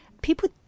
people